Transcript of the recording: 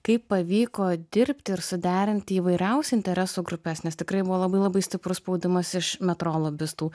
kaip pavyko dirbti ir suderinti įvairiausių interesų grupes nes tikrai buvo labai labai stiprus spaudimas iš metro lobistų